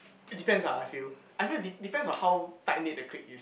it depends ah I feel I feel de~ depends on how tight knit the clique is